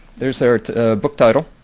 there's their book title.